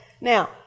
Now